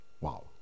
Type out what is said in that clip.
Wow